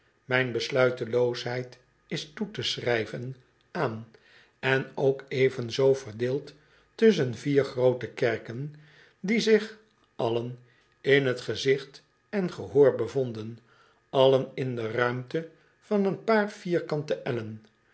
mijn besluiteloosheid is toe te schrijven aan en ook evenzoo verdeeld tusschen vier groote kerken die zich allen in t gezicht en gehoor bevonden allen in de ruimte van een paar vierkante